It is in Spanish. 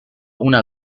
una